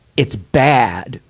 it's bad.